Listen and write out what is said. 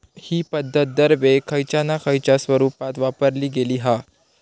हि पध्दत दरवेळेक खयच्या ना खयच्या स्वरुपात वापरली गेली हा